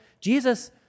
Jesus